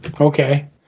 Okay